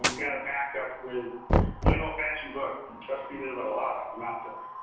we've got a backup with plain old fashioned books. and trust me there's a lot of them out there.